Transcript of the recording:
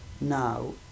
Now